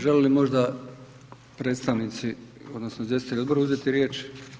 Želi li možda predstavnici odnosno izvjestitelji odbora uzeti riječ?